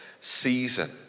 season